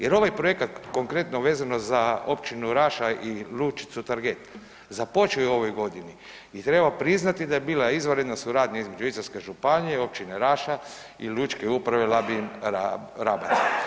Jer ovaj projekat konkretno vezano za Općinu Raša i lučicu Trget započeo je u ovoj godini i treba priznati da je bila izvanredna suradnja između Istarske županije, Općine Raša i Lučke uprave Labin-Rabac.